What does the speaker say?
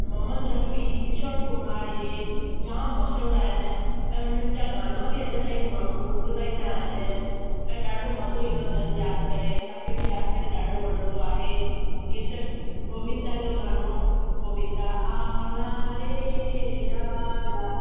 मोहम्म्द रफ़ी किशोर कुमार इहे जाम मशहूर आहिनि ऐं हुननि जा गाना बि अञा ताईं माण्हू गुनगुनाईंदा आहिनि ऐं ॾाढो मज़ो ईंदो अथनि यादि करे असांखे बि यादि करे ॾाढो वणंदो आहे जीअं त गोविंदा जो गानो गोविंदा आला रे आला